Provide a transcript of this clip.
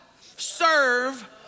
Serve